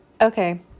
Okay